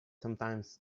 sometimes